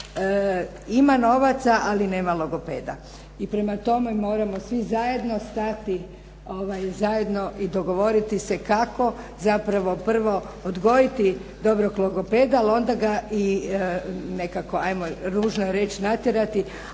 ima novaca ali nema logopeda. I prema tome, moramo svi zajedno stati, zajedno i dogovoriti se kako zapravo prvo odgojiti dobrog logopeda ali onda ga i nekako hajmo ružno reći natjerati